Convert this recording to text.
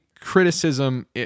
criticism